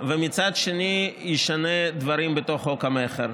ומצד שני ישנה דברים בתוך חוק המכר.